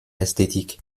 esthétique